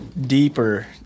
deeper